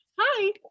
hi